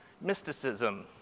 mysticism